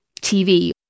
TV